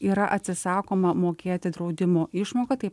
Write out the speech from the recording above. yra atsisakoma mokėti draudimo išmoką kaip